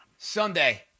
Sunday